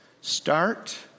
Start